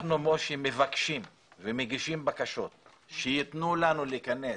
אנחנו מבקשים ומגישים בקשות שייתנו לנו להיכנס,